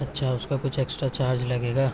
اچھا اس کا کچھ اکسٹرا چارج لگے گا